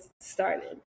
started